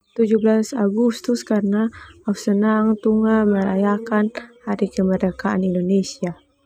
Tujuh belas agustus karna au senang tunga rayakan hari kemerdekaan Indonesia.